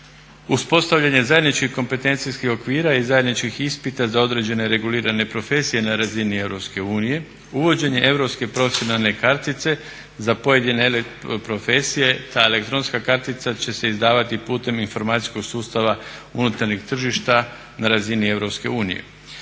uspostavljanje zajedničkih kompetencijskih okvira i zajedničkih ispita za određene regulirane profesije na razini EU, uvođenje europske profesionalne kartice za pojedine profesije. Ta elektronska kartica će se izdavati putem informacijskog sustava unutarnjeg tržišta na razini EU.